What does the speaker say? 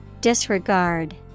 Disregard